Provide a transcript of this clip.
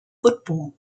football